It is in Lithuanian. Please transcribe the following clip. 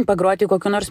pagroti kokiu nors